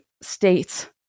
states